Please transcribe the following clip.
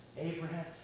Abraham